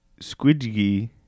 squidgy